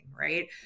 right